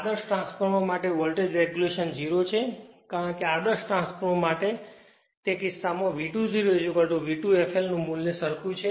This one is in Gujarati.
આદર્શ ટ્રાન્સફોર્મર માટે વોલ્ટેજ રેગ્યુલેશન 0 છે કારણ કે આદર્શ ટ્રાન્સફોર્મર માટે તે કિસ્સામાં V2 0 V2 fl નું મૂલ્ય સરખું છે